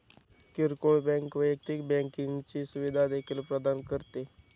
किरकोळ बँक वैयक्तिक बँकिंगची सुविधा देखील प्रदान करते